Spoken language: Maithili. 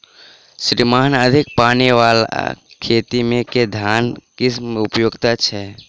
श्रीमान अधिक पानि वला खेत मे केँ धान केँ किसिम उपयुक्त छैय?